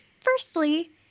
firstly